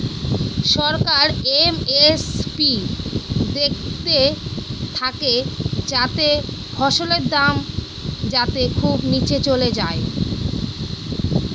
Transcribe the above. সরকার MSP দেখতে থাকে যাতে ফসলের দাম যাতে খুব নীচে চলে যায়